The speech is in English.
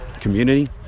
Community